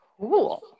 Cool